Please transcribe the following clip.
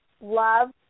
love